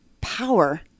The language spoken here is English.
power